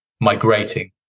migrating